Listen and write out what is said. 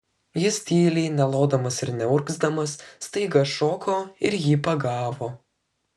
jis tyliai nelodamas ir neurgzdamas staiga šoko ir jį pagavo